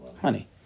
honey